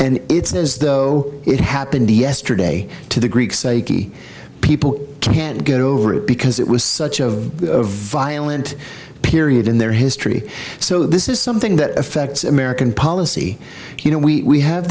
and it's as though it happened yesterday to the greek psyche people can't get over it because it was such of violent period in their history so this is something that affects american policy you know we have